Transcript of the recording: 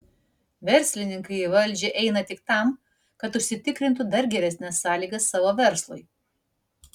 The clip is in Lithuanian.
verslininkai į valdžią eina tik tam kad užsitikrintų dar geresnes sąlygas savo verslui